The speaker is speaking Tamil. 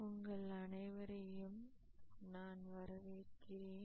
உங்கள் அனைவரையும் நான் வரவேற்கிறேன்